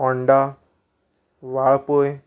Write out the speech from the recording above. Honda Valpoi